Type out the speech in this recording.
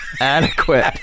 adequate